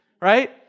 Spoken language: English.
Right